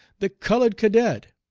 the colored cadet!